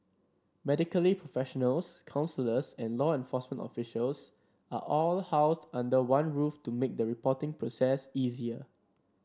medically professionals counsellors and law enforcement officials are all housed under one roof to make the reporting process easier